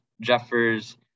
Jeffers